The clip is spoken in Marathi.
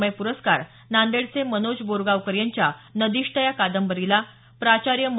मय प्रस्कार नांदेडचे मनोज बोरगावकर यांच्या नदीष्ट या कादंबरीला प्राचार्य म